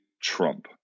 Trump